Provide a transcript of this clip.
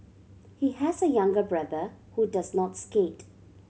he has a younger brother who does not skate